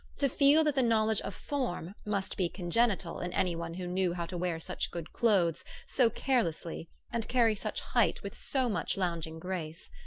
to feel that the knowledge of form must be congenital in any one who knew how to wear such good clothes so carelessly and carry such height with so much lounging grace.